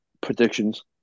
predictions